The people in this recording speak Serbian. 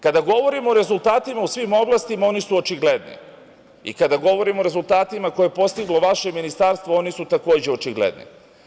Kada govorimo o rezultatima u svim oblastima oni su očigledni, i kada govorimo o rezultatima koje je postiglo vaše ministarstvo, oni su takođe, očigledni.